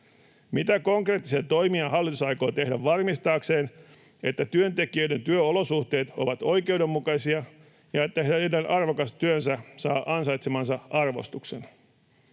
Mitä konkreettisia toimia hallitus aikoo tehdä varmistaakseen, että työntekijöiden työolosuhteet ovat oikeudenmukaisia ja että heidän arvokas työnsä saa ansaitsemansa arvostuksen?